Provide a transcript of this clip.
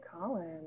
colin